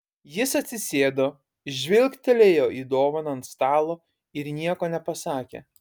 jis atsisėdo žvilgtelėjo į dovaną ant stalo ir nieko nepasakė